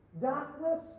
Darkness